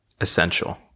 Essential